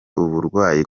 uburwayi